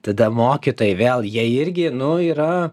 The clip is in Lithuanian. tada mokytojai vėl jie irgi nu yra